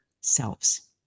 selves